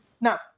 now